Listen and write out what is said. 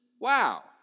Wow